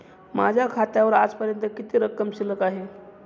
माझ्या खात्यावर आजपर्यंत किती रक्कम शिल्लक आहे?